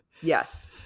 Yes